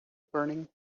burning